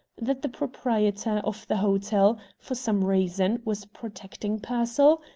that the proprietor of the hotel, for some reason, was protecting pearsall,